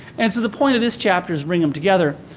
and so, the point of this chapter is bring them together.